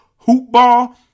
HOOPBALL